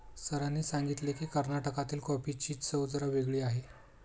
सरांनी सांगितले की, कर्नाटकातील कॉफीची चव जरा वेगळी आहे